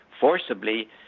forcibly